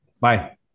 Bye